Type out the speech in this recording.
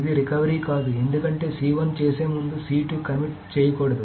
ఇది రికవరీ కాదు ఎందుకంటే చేసే ముందు కమిట్ చేయకూడదు